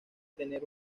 tener